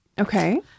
okay